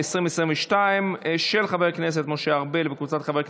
ומשפט לעניין מצב החירום התקבלה